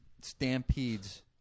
stampedes